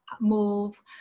move